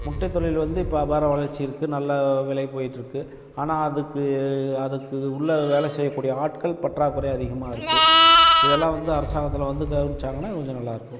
முட்டை தொழில் வந்து இப்போ அபார வளர்ச்சி இருக்குது நல்ல விலை போயிட்டு இருக்குது ஆனால் அதுக்கு அதுக்கு உள்ள வேலை செய்யக் கூடிய ஆட்கள் பற்றாக்குறை அதிகமாக இருக்குது இதெல்லாம் வந்து அரசாங்கத்தில் வந்து கவனிச்சாங்கன்னா கொஞ்சம் நல்லாயிருக்கும்